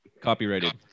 copyrighted